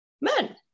men